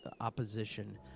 opposition